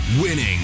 winning